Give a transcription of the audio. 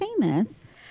famous